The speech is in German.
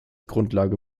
grundlage